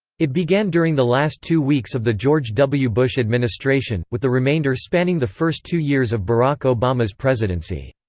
it began during the last two weeks of the george w. bush administration, with the remainder spanning the first two years of barack obama's presidency.